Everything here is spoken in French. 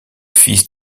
fils